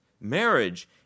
Marriage